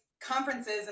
conferences